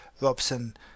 Robson